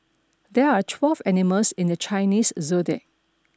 there are twelve animals in the Chinese zodiac